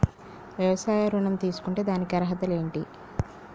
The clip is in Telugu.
వ్యవసాయ ఋణం తీసుకుంటే దానికి అర్హతలు ఏంటి?